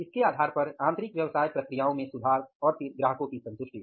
इसके आधार पर आंतरिक व्यवसाय प्रक्रियाओं में सुधार और फिर ग्राहकों की संतुष्टि